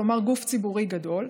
כלומר גוף ציבורי גדול,